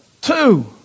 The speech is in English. Two